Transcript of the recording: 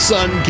Sun